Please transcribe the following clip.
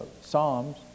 Psalms